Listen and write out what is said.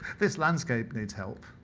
this landscape needs help.